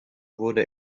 wurde